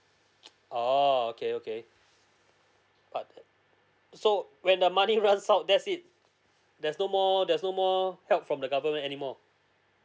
oo okay okay but so when the money runs out that's it there's no more there's no more help from the government anymore